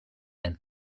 and